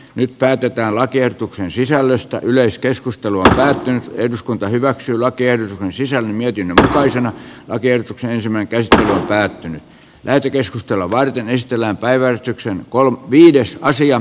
nyt päätetään lakiehdotuksen sisällöstä yleiskeskustelua eduskunta hyväksyi lakien sisällön ydin tai sen alakerta saisimme pelistä päättynyt täytyy keskustella vaan lähistöllä päivetyksen kolme viides asian